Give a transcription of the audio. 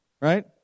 right